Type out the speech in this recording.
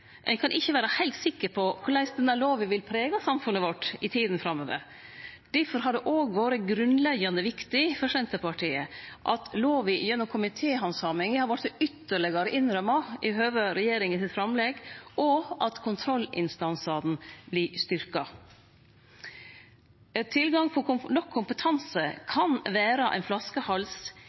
ein kan ikkje vere heilt sikker på korleis denne lova vil prege samfunnet vårt i tida framover. Difor har det òg vore grunnleggjande viktig for Senterpartiet at lova gjennom komitéhandsaminga har vorte ytterlegare ramma inn i høve til regjeringa sitt framlegg, og at kontrollinstansane vert styrkte. Tilgang på nok kompetanse kan vere ein